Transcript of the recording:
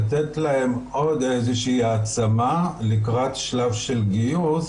לתת להן עוד איזושהי העצמה לקראת שלב של גיוס,